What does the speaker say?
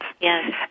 Yes